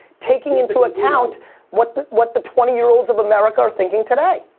taking into account what what the twenty year old of america are thinking today.